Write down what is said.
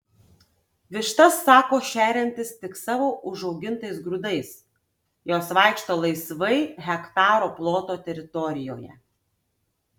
vištas sako šeriantis tik savo užaugintais grūdais jos vaikšto laisvai hektaro ploto teritorijoje